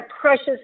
precious